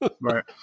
Right